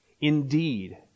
Indeed